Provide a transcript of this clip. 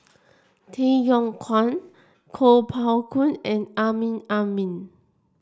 Kay Yong Kwang Kuo Pao Kun and Amrin Amin